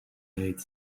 date